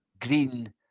green